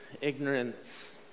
ignorance